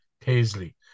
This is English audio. Paisley